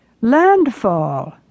Landfall